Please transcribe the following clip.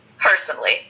personally